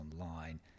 online